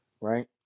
right